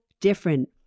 different